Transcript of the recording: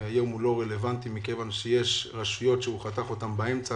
והיום הוא לא רלוונטי כי יש רשויות שהוא חתך אותן באמצע